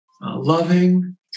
loving